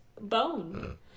bone